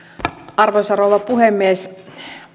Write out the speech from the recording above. arvoisa rouva puhemies